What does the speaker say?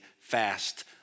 fast